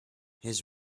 his